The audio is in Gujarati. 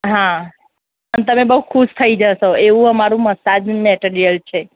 હા પણ તમે બહુ ખુશ થઈ જશો એવું અમારું મસાજનું મેટેરિયલ છે